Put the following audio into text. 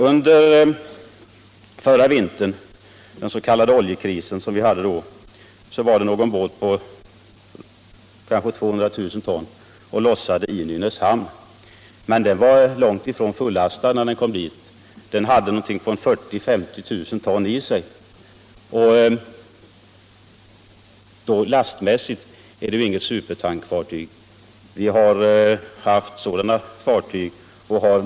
Under oljekrisen var det någon båt på kanske 200 000 ton som lossade i Nynäshamn. Men den var långt ifrån fullastad när den kom dit; den hade 40 000-50 000 ton i sig, och då är det lastmässigt inte fråga om något supertankfartyg.